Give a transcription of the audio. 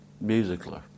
musically